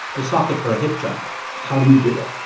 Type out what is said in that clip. the socket for a hip joint how do you do it?